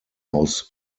aus